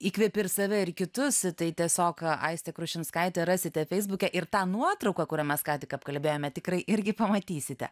įkvepi ir save ir kitus tai tiesiog aistę krušinskaitę rasite feisbuke ir tą nuotrauką kurią mes ką tik apkalbėjome tikrai irgi pamatysite